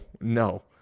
No